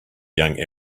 young